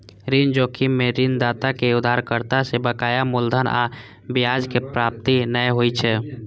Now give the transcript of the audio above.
ऋण जोखिम मे ऋणदाता कें उधारकर्ता सं बकाया मूलधन आ ब्याजक प्राप्ति नै होइ छै